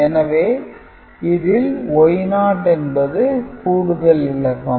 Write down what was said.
எனவே இதில் Y0 என்பது கூடுதல் இலக்கம்